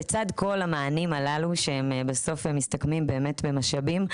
לצד כל המענים הללו שהם בסוף מסתכמים באמת במשאבים,